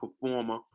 performer